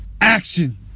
action